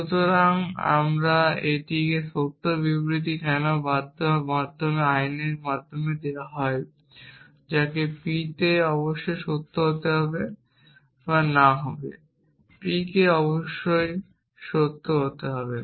সুতরাং এটি একটি সত্য বিবৃতি কেন বাদ দেওয়া মধ্যম আইনের কারণে হয় p অবশ্যই সত্য হবে বা না হবে p অবশ্যই সত্য হবে